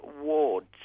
wards